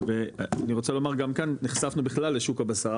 ואני רוצה לומר גם כאן נחשפנו בכלל לשוק הבשר